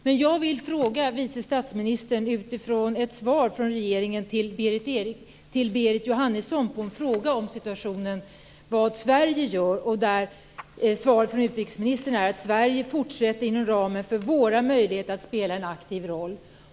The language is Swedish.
Jag vill ställa en fråga till vice statsministern med utgångspunkt i ett svar från regeringen på en fråga från Berit Jóhannesson om situationen och vad Sverige gör. Svaret från utrikesministern var att Sverige fortsätter inom ramen för Sveriges möjligheter att spela en aktiv roll.